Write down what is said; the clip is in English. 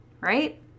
right